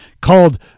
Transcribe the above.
called